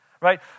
right